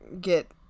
get